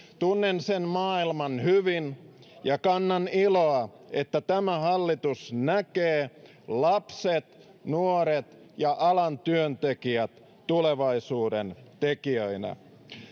tunnen sen maailman hyvin ja kannan iloa siitä että tämä hallitus näkee lapset nuoret ja alan työntekijät tulevaisuuden tekijöinä